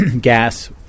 gas